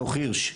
דו"ח הירש,